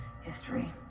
history